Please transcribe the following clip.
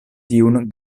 tiun